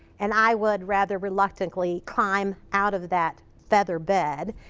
and i would rather reluctantly climb out of that feather bed.